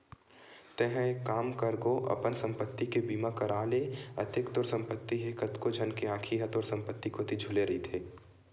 तेंहा एक काम कर गो अपन संपत्ति के बीमा करा ले अतेक तोर संपत्ति हे कतको झन के आंखी ह तोर संपत्ति कोती झुले रहिथे